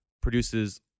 produces